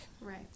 Right